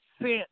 sent